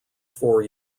four